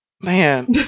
man